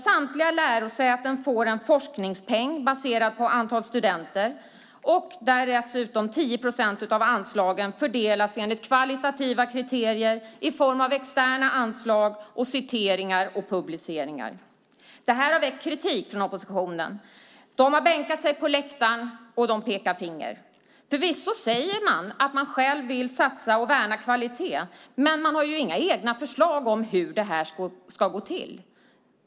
Samtliga lärosäten får en forskningspeng baserad på antal studenter. Dessutom fördelas 10 procent av anslagen enligt kvalitativa kriterier i form av externa anslag, citeringar och publiceringar. Det har väckt kritik från oppositionen. De har bänkat sig på läktaren och pekar finger. Förvisso säger de att de själva vill satsa på och värna kvalitet. Men de har inga egna förslag om hur det ska gå till.